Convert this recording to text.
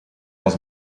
was